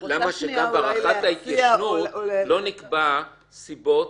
למה שגם בהארכת ההתיישנות לא נקבע סיבות,